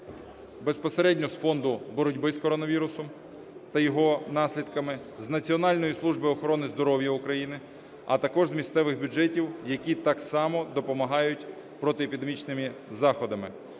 безпосередньо з фонду боротьби з коронавірусом та його наслідками, з Національної служби охорони здоров'я України, а також з місцевих бюджетів, які так само допомагають протиепідемічними заходами.